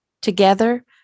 Together